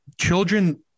children